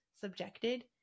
subjected